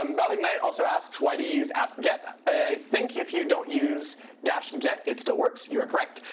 um bhavik knight also asks, why do you use apt get? i think if you don't use dash get, it still works. you are correct.